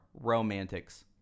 Romantics